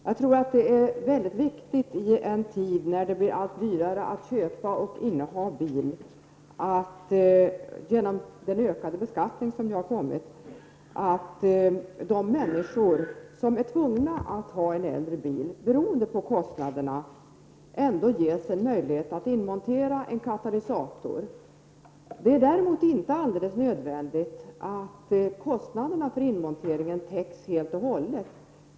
Herr talman! Sten-Ove Sundström hänvisar i sitt anförande till miljöavgiftsutredningen när det gäller bidrag för inmontering av katalysatorer i äldre bilar. Vi får väl se vad det blir för resultat när utredningens förslag har givit upphov till en proposition. | I en tid när det genom ökad beskattning blir allt dyrare att köpa och inneha bil är det enligt min uppfattning väldigt viktigt att de människor som, beroende på kostnaderna, är tvungna att ha en äldre bil ändå ges möjlighet att inmontera en katalysator. Det är däremot inte alldeles nödvändigt att kostnaderna för inmonteringen täcks helt och hållet.